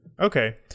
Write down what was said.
Okay